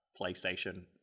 PlayStation